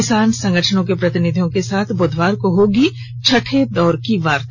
किसान संगठनों के प्रतिनिधि के साथ बुधवार को होगी छठे दौर की वार्ता